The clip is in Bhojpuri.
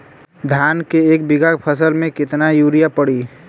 धान के एक बिघा फसल मे कितना यूरिया पड़ी?